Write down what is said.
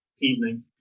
evening